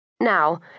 Now